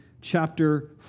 chapter